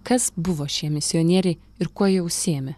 kas buvo šie misionieriai ir kuo jie užsiėmė